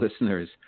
listeners